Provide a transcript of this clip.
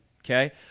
okay